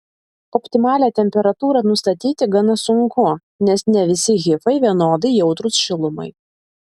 optimalią temperatūrą nustatyti gana sunku nes ne visi hifai vienodai jautrūs šilumai